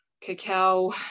cacao